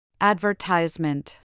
Advertisement